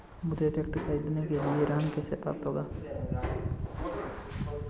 मुझे ट्रैक्टर खरीदने के लिए ऋण कैसे प्राप्त होगा?